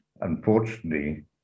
unfortunately